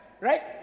right